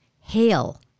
Hail